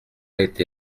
été